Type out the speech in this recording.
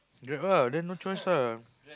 Grab ah then no choice ah